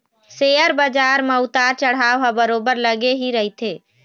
share बजार म उतार चढ़ाव ह बरोबर लगे ही रहिथे